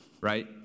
right